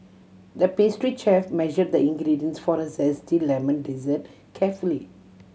the pastry chef measured the ingredients for a zesty lemon dessert carefully